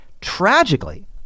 tragically